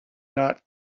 not